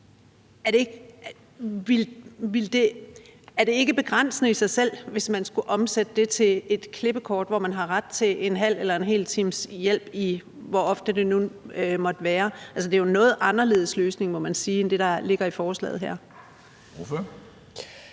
Er det ikke begrænsende i sig selv, hvis man skulle omsætte det til et klippekort, hvor man har ret til en halv eller en hel times hjælp, hvor ofte det nu måtte være? Det er jo en noget anderledes løsning, må man sige, end det, der ligger i forslaget her. Kl.